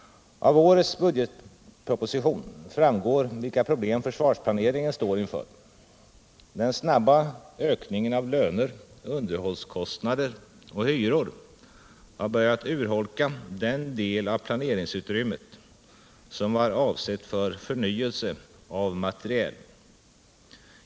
Av årets budgetproposition framgår vilka problem försvarsplaneringen står inför. Den snabba ökningen av löner, underhållskostnader och hyror har börjat urholka den del av planeringsutrymmet som var avsett för förnyelse av materiel.